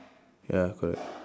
ya correct